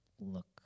look